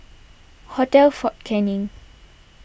Hotel fort Canning